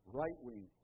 right-wing